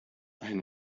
ein